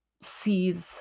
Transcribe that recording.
sees